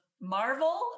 Marvel